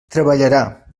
treballarà